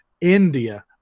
India